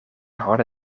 harde